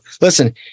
listen